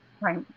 Right